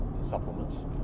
supplements